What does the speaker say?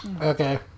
Okay